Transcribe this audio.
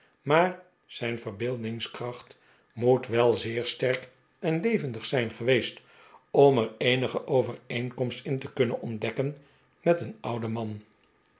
maar zijn verbeeldingskracht moest wel zeer sterk en levendig zijn geweest om er eenige overeenkomst in te kunnen ontdekken met een ouden man